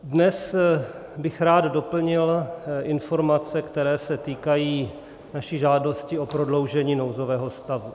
Dnes bych rád doplnil informace, které se týkají naší žádosti o prodloužení nouzového stavu.